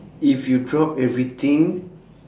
if you drop everything